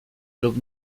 lub